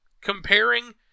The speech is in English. comparing